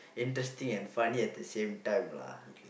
interesting and funny at the same time lah